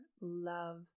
love